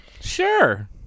Sure